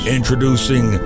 Introducing